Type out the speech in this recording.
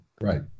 Right